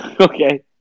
Okay